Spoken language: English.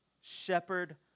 shepherd